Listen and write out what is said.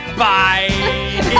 bye